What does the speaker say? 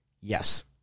yes